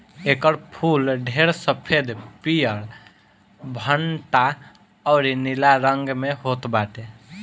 एकर फूल ढेर सफ़ेद, पियर, भंटा अउरी नीला रंग में होत बाटे